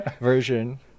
version